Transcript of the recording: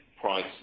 price